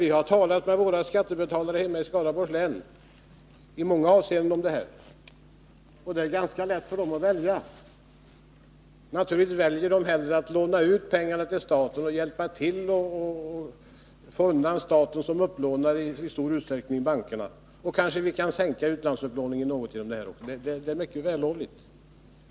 Vi har talat med våra skattebetalare hemma i Skaraborgs län om det här. Det är ganska lätt för dem att välja. Naturligtvis väljer de helst att låna ut pengarna till staten och därmed hjälpa till att i stor utsträckning få bort staten som upplånare i bankerna. Kanske kan man också sänka utlandsupplåningen något, och det är mycket vällovligt.